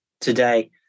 today